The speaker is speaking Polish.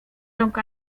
rąk